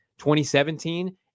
2017